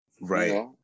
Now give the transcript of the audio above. right